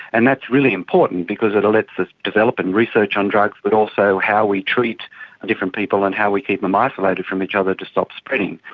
and that's really important because it lets us develop and research on drugs but also how we treat different people and how we keep them isolated from each other to stop spreading.